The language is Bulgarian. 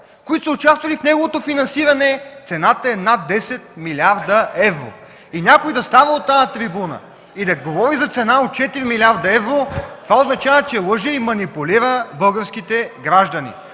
които са участвали в неговото финансиране, цената е над 10 млрд. евро. И някой да става от тази трибуна и да говори за цена от 4 млрд. евро, това означава, че лъже и манипулира българските граждани.